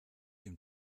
dem